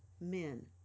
men